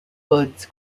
buds